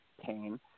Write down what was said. pain